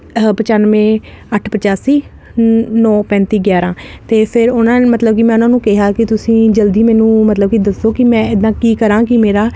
ਪਚਾਨਵੇਂ ਅੱਠ ਪਚਾਸੀ ਨੋ ਪੈਂਤੀ ਗਿਆਰਾਂ ਤੇ ਫਿਰ ਉਹਨਾਂ ਨੇ ਮਤਲਬ ਕਿ ਮੈਂ ਉਹਨਾਂ ਨੂੰ ਕਿਹਾ ਕਿ ਤੁਸੀਂ ਜਲਦੀ ਮੈਨੂੰ ਮਤਲਬ ਕਿ ਦੱਸੋ ਕਿ ਮੈਂ ਇਦਾਂ ਕੀ ਕਰਾਂ ਕਿ ਮੇਰਾ